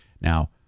now